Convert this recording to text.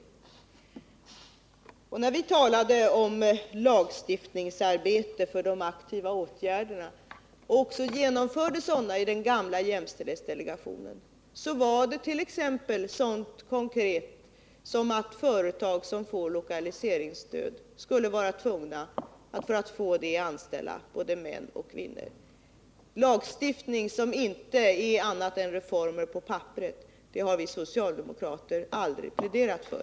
När vi i den gamla jämställdhetsdelegationen talade om lagstiftningsarbete för de aktiva åtgärderna och också genomförde sådana gällde det sådana konkreta saker som att företag för att få lokaliseringsstöd skulle vara tvungna att anställa både män och kvinnor. Lagstiftning som inte är annat än reformer på papperet har vi socialdemokrater aldrig pläderat för.